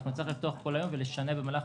אנחנו נצטרך לפתוח בכל היום ולשנע במהלך